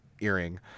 earring